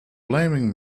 blaming